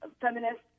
feminists